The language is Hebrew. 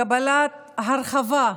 לקבלת הרחבה ביישובים,